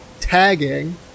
tagging